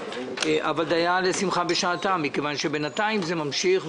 אבל דיה לשמחה בשעתה מכיוון שבינתיים זה ממשיך.